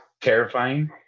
terrifying